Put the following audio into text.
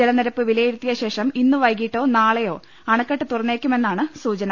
ജല നിരപ്പ് വിലയിരുത്തിയ ശേഷം ഇന്നു വൈകീട്ടോ നാളെയോ അണക്കെട്ട് തുറന്നേക്കുമെന്നാണ് സൂചന